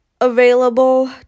available